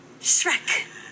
Shrek